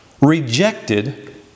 rejected